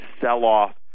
sell-off